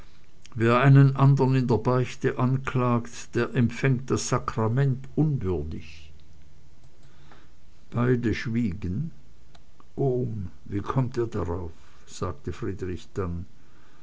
wer einen andern in der beichte anklagt der empfängt das sakrament unwürdig beide schwiegen ohm wie kommt ihr darauf sagte friedrich dann